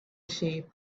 shape